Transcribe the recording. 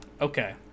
Okay